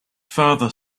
father